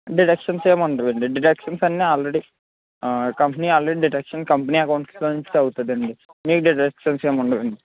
deductions ఏమి ఉండవండి deductions అన్నీ already company already deductions company అకౌంట్స్లో నుంచి తగ్గుతుందండి మీకు డిడక్షన్స్ ఏమి ఉండవండి